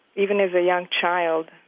even as a young child.